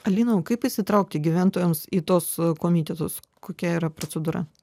alina o kaip įsitraukti gyventojams į tuos komitetus kokia yra procedūra